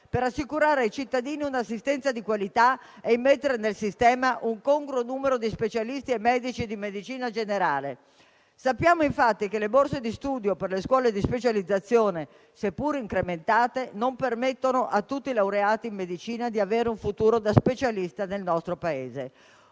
per assicurare ai cittadini un'assistenza di qualità e immettere nel sistema un congruo numero di specialisti e medici di medicina generale. Sappiamo infatti che le borse di studio per le scuole di specializzazione, seppur incrementate, non permettono a tutti i laureati in medicina di avere un futuro da specialisti nel nostro Paese.